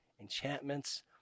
Enchantments